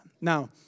Now